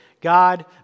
God